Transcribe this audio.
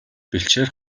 бэлчээр